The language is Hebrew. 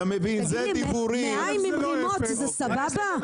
מבין זה דיבורים -- תגיד לי מעיים עם רימות זה סבבה?